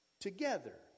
Together